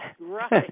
Right